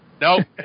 Nope